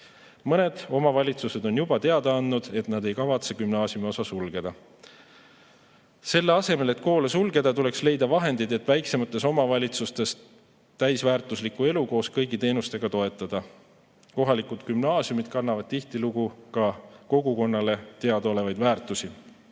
Mõned omavalitsused on juba teada andnud, et nad ei kavatse gümnaasiumiosa sulgeda. Selle asemel, et koole sulgeda, tuleks leida vahendeid, et väiksemates omavalitsustes täisväärtuslikku elu koos kõigi teenustega toetada. Kohalikud gümnaasiumid kannavad tihtilugu ka kogukonnale teadaolevaid väärtusi.